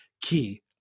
key